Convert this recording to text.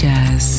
Jazz